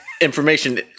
Information